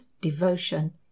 devotion